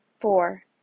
Four